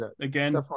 again